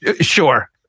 Sure